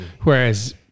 Whereas